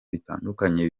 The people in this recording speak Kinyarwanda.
bitandukanye